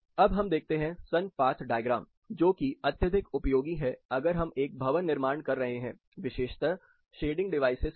अब हम देखते हैं सन पाथ डायग्राम जो कि अत्यधिक उपयोगी है अगर हम एक भवन निर्माण कर रहे हैं विशेषत शेडिंग डिवाइसेज के लिए